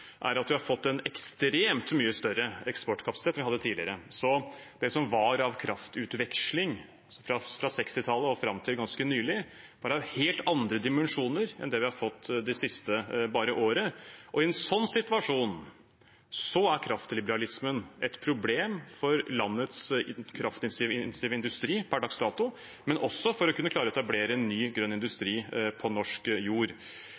er at vi har fått en ekstremt mye større eksportkapasitet enn vi hadde tidligere. Det som var av kraftutveksling fra 1960-tallet og fram til ganske nylig, var av helt andre dimensjoner enn det vi har fått bare det siste året. I en slik situasjon er kraftliberalismen et problem for landets kraftintensive industri per dags dato, men også for å kunne klare å etablere ny, grønn industri på norsk jord.